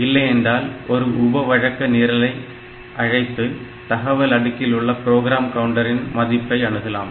இல்லையென்றால் ஒரு உப வழக்க நிரலை அழைத்து தகவல் அடுக்கில் உள்ள ப்ரோக்ராம் கவுண்டரின் மதிப்பை அணுகலாம்